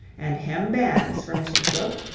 and hem bands for mr slope,